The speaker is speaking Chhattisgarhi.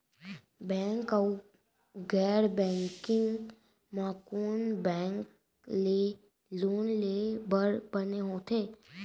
बैंक अऊ गैर बैंकिंग म कोन बैंक ले लोन लेहे बर बने होथे?